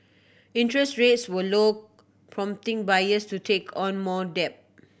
interest rates were low prompting buyers to take on more debt